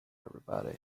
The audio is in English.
everybody